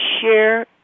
share